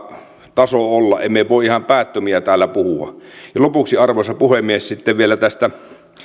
taso olla emme voi ihan päättömiä täällä puhua lopuksi arvoisa puhemies vielä tästä